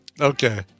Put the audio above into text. Okay